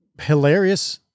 hilarious